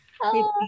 Hello